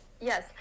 yes